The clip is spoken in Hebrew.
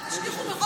עם כל הכבוד,